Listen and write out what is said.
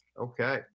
Okay